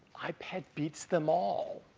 ipad beats them all.